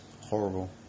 horrible